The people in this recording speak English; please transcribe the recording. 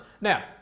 Now